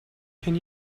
can